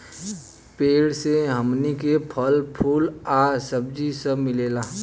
पेड़ से हमनी के फल, फूल आ सब्जी सब मिलेला